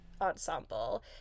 ensemble